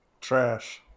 trash